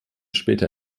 später